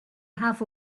half